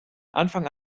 anfang